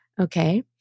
Okay